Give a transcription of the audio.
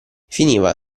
finiva